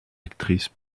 actrice